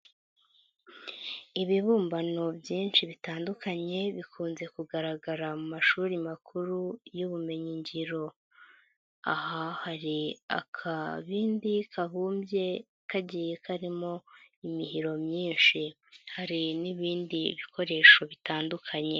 Ibibumbano byinshi bitandukanye bikunze kugaragara mu mashuri makuru y'ubumenyingiro. Aha hari akabindi kabumbye kagiye karimo imihiro myinshi. Hari n'ibindi bikoresho bitandukanye.